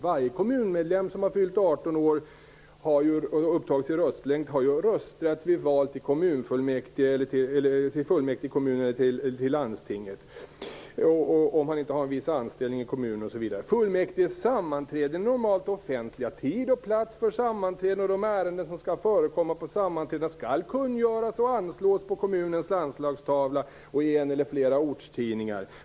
Varje kommunmedlem som har fyllt 18 år och som har upptagits i röstlängd har ju rösträtt vid val till fullmäktige i kommunen och landstinget, om man inte har en viss anställning i kommunen osv. Fullmäktige sammanträder normalt offentligt. Tid och plats för sammanträde och de ärenden som skall tas upp skall kungöras och anslås på kommunens anslagstavla och i en eller flera ortstidningar.